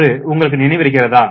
என்று உங்களுக்கு நினைவிருக்கிறதா